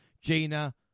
Gina